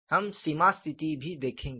हम सीमा स्थिति भी देखेंगे